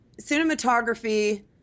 cinematography